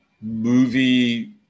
movie